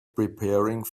preparing